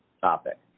topic